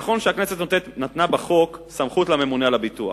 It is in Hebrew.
נכון שהכנסת נתנה בחוק סמכות לממונה על הביטוח,